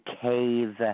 cave